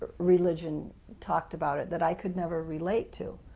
religion talked about it that i could never relate to,